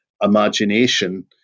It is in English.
imagination